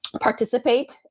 participate